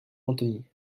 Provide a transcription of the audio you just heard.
anthony